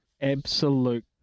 Absolute